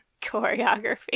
choreography